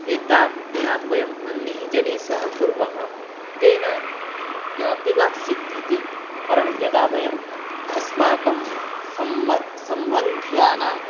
एतां क्रीडां वयं अन्यैः जनैः सह कुर्मः तेन किमपि वा सिद्धति परं यदा वयम् अस्माकं सम्ब सम्बन्धानाम्